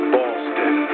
Boston